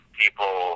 people